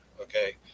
okay